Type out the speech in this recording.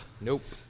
Nope